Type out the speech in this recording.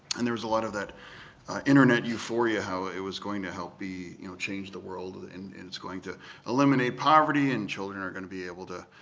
and there was a lot of that internet euphoria how it was going to help you know change the world, and it's going to eliminate poverty, and children are going to be able to,